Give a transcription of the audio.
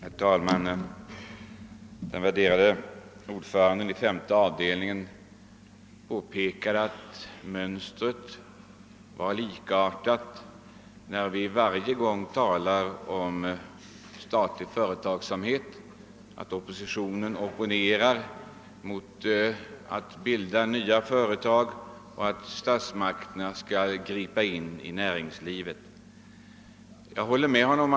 Herr talman! Den värderade ordföranden i femte avdelningen påpekade att mönstret är likartat varje gång när vi behandlar statlig företagsamhet och säger vidare att oppositionen motsätter sig att statsmakterna går in i näringslivet och bildar nya företag.